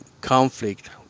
conflict